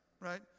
Right